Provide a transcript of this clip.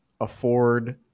afford